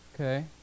Okay